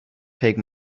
take